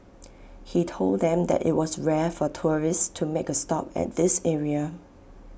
he told them that IT was rare for tourists to make A stop at this area